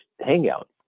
hangout